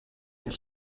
est